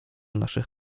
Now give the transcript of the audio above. naszych